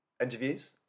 interviews